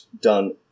done